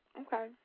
Okay